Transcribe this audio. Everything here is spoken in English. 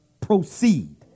proceed